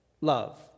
love